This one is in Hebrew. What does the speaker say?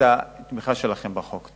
התמיכה שלכם בהצעת החוק.